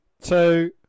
Two